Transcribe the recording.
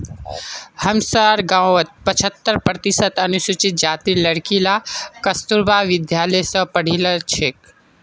हमसार गांउत पछहत्तर प्रतिशत अनुसूचित जातीर लड़कि ला कस्तूरबा विद्यालय स पढ़ील छेक